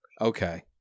Okay